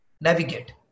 Navigate